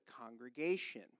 congregation